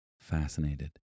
fascinated